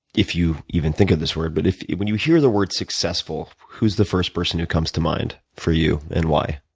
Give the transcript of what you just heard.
if you even think of this word but when you hear the word successful, who's the first person who comes to mind for you and why?